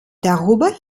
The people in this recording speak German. darüber